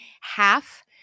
half